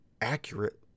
accurate